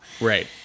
Right